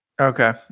Okay